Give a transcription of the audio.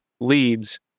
leads